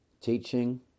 teaching